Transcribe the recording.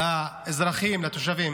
לאזרחים, לתושבים.